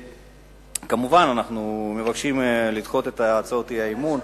מובן שאנחנו מבקשים לדחות את הצעות האי-אמון,